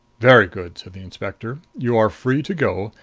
very good, said the inspector. you are free to go.